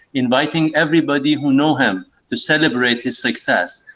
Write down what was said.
inviting everybody who know him to celebrate his success.